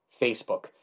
Facebook